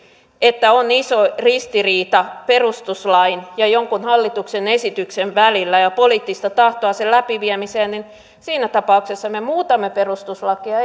että on iso ristiriita perustuslain ja jonkun hallituksen esityksen välillä ja poliittista tahtoa sen läpiviemiseen niin siinä tapauksessa me muutamme perustuslakia